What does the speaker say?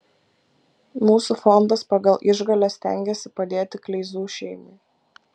mūsų fondas pagal išgales stengiasi padėti kleizų šeimai